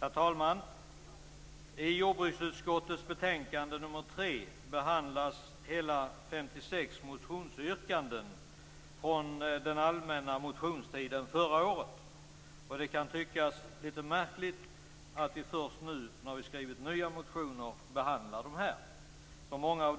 Herr talman! I jordbruksutskottets betänkande nr 3 behandlas hela 56 motionsyrkanden från den allmänna motionstiden förra året. Det kan tyckas litet märkligt att vi först nu, när vi skrivit nya motioner, behandlar de här. Många av